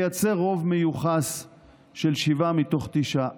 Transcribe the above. לייצר רוב מיוחס של שבעה מתוך תשעה.